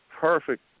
perfect